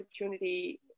opportunity